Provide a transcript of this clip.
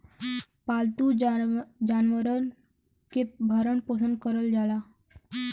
पालतू जानवरन के भरण पोसन करल जाला